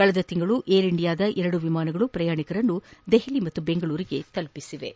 ಕಳೆದ ತಿಂಗಳು ಏರ್ ಇಂಡಿಯಾದ ಎರಡು ವಿಮಾನಗಳು ಪ್ರಯಾಣಿಕರನ್ನು ದೆಹಲಿ ಮತ್ತು ಬೆಂಗಳೂರಿಗೆ ತಲುಪಿಸಿವೆ